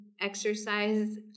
exercise